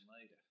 later